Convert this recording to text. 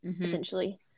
essentially